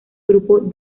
grupo